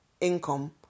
income